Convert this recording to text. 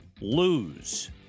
lose